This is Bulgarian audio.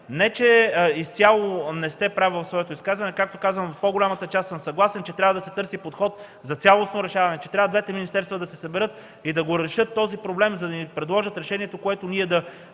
Не че изцяло не сте прав в своето изказване. Както казах, в по-голямата част съм съгласен, че трябва да се търси подход за цялостно решаване, че двете министерства трябва да се съберат и да решат този проблем, за да ни предложат решението, което да